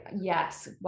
Yes